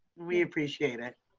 we appreciate it.